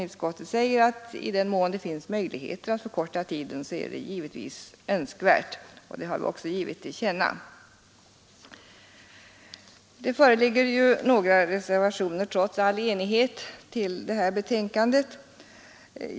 Utskottet säger att det är önskvärt att förkorta tiden i den mån det är möjligt. Det har vi också givit Kungl. Maj:t till känna. Det föreligger trots all enighet några reservationer till detta betänkande.